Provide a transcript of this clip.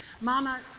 Mama